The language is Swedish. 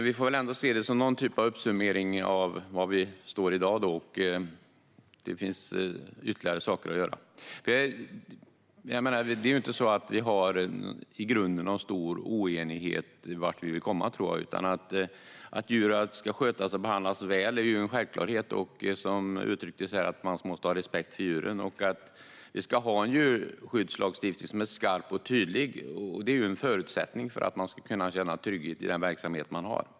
Vi får ändå se detta som någon sorts summering av var vi står i dag, men det finns ytterligare saker att göra. Det är ju inte så att vi i grunden har någon stor oenighet om vart vi vill komma. Att djuren ska skötas och behandlas väl är en självklarhet, och som uttryckts här måste man ha respekt för djuren. Vi ska ha en djurskyddslag som är skarp och tydlig. Det är en förutsättning för att man ska kunna känna trygghet i den verksamhet man har.